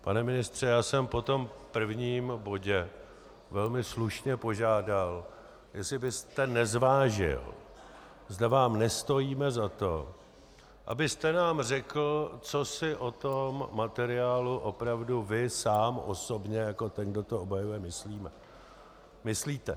Pane ministře, já jsem po tom prvním bodě velmi slušně požádal, jestli byste nezvážil, zda vám nestojíme za to, abyste nám řekl, co si o tom materiálu opravdu vy sám osobně jako ten, kdo to obhajuje, myslíte.